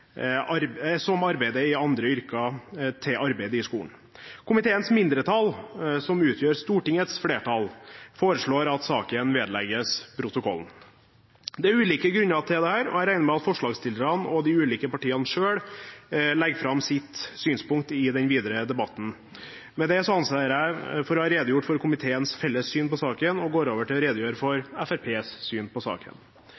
arbeider i andre sektorer, til arbeid i skolen». Komiteens mindretall, som utgjør Stortingets flertall, foreslår at saken vedlegges protokollen. Det er ulike grunner til dette, og jeg regner med at forslagsstillerne og de ulike partiene selv legger fram sine synspunkt i den videre debatten. Med det anser jeg å ha redegjort for komiteens felles syn på saken og går over til å redegjøre for Fremskrittspartiets syn. Fremskrittspartiet er opptatt av at mest mulig av lærerens tid skal brukes på